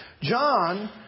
John